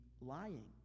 lying